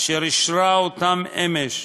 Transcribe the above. אשר אישרה אותם אמש,